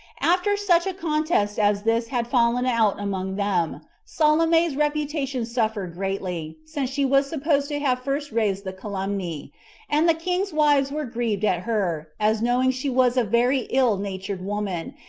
after such a contest as this had fallen out among them, salome's reputation suffered greatly, since she was supposed to have first raised the calumny and the king's wives were grieved at her, as knowing she was a very ill natured woman,